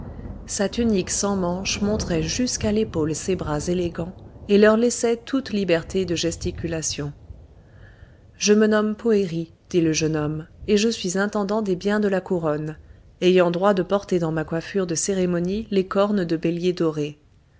sa tunique sans manches montrait jusqu'à l'épaule ses bras élégants et leur laissait toute liberté de gesticulation je me nomme poëri dit le jeune homme et je suis intendant des biens de la couronne ayant droit de porter dans ma coiffure de cérémonie les cornes de bélier dorées